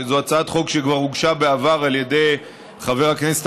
שזו הצעת חוק שכבר הוגשה בעבר על ידי חבר הכנסת